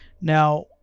Now